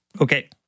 Okay